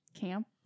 camp